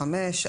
חמש,